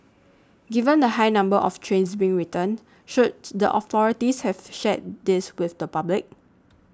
given the high number of trains being returned should the authorities have shared this with the public